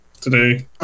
today